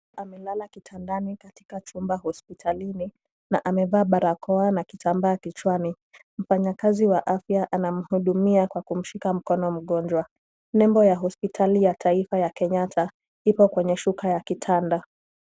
Amelala kitandani katika chumba hospitalini na amevaa barakoa na kitambaa kichwani. Mfanyikazi wa afya anamhudumia kwa kumshika mkono mgonjwa. Nembo ya hospitali ya taifa ya Kenyatta ipo kwenye shuka ya kitanda.